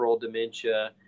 dementia